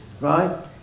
Right